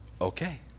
Okay